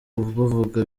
bavuga